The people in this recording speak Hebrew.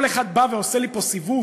כל אחד בא ועושה לי פה סיבוב: